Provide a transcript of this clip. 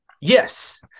Yes